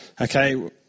Okay